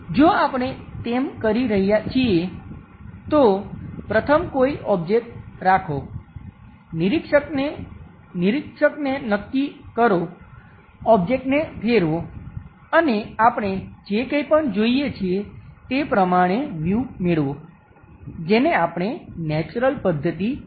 જો આપણે તેમ કરી રહ્યા છીએ તો પ્રથમ કોઈ ઓબ્જેક્ટ રાખો નિરીક્ષકને નકી કરો ઓબ્જેક્ટને ફેરવો અને આપણે જે કંઈપણ જોઈએ છીએ તે પ્રમાણે વ્યૂ મેળવો જેને આપણે નેચરલ પદ્ધતિ કહીએ છીએ